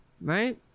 right